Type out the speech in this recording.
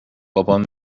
بابام